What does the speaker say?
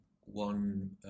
one